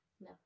No